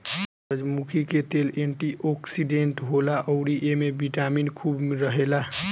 सूरजमुखी के तेल एंटी ओक्सिडेंट होला अउरी एमे बिटामिन इ खूब रहेला